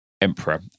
emperor